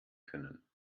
können